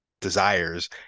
desires